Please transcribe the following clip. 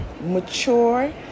mature